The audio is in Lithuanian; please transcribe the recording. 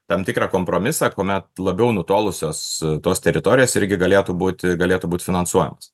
tam tikrą kompromisą kuomet labiau nutolusios tos teritorijos irgi galėtų būti galėtų būt finansuojamos